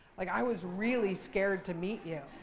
like, i was really scared to meet you.